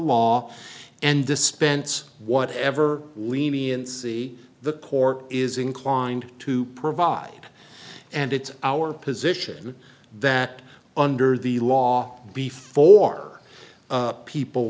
law and dispense whatever leniency the court is inclined to provide and it's our position that under the law before people